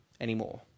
anymore